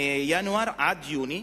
מינואר עד יוני,